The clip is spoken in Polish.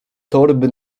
torby